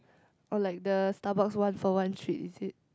or like the Starbuck one for one treat is it